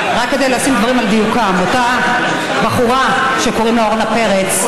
רק כדי לשים דברים על דיוקם: אותה בחורה שקוראים לה אורנה פרץ,